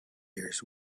years